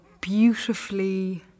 beautifully